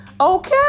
Okay